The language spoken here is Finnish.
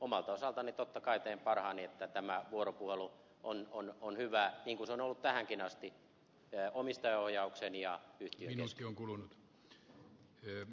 omalta osaltani totta kai teen parhaani että tämä vuoropuhelu on hyvää niin kuin se on ollut tähänkin asti omistaja ohjauksen ja yhtiön kesken